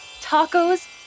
tacos